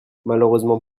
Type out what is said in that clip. malheureusement